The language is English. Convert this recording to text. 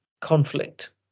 conflict